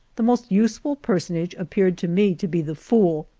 the most useful personage appeared to me to be the fool,